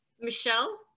Michelle